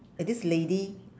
and this lady